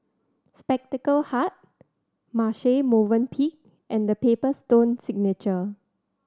Spectacle Hut Marche Movenpick and The Paper Stone Signature